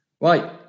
Right